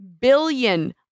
billion